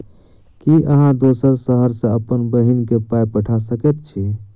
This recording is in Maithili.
की अहाँ दोसर शहर सँ अप्पन बहिन केँ पाई पठा सकैत छी?